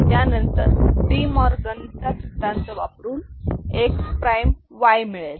त्यानंतर De Morgan DMorgan चा सिद्धांत वापरून X प्राईम Y XY मिळेल